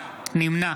נמנע